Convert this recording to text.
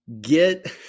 get